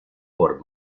por